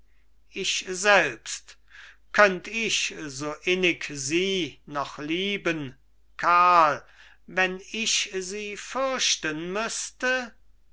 ich selbst könnt ich so innig sie noch lieben karl wenn ich sie fürchten müßte